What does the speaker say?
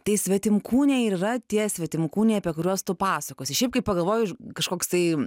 tai svetimkūniai ir yra tie svetimkūniai apie kuriuos tu pasakosi šiaip kai pagalvoju kažkoks tai